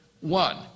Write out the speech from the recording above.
One